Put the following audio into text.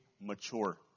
mature